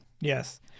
Yes